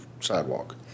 sidewalk